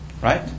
Right